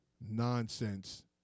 Nonsense